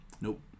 Nope